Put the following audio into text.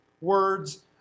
words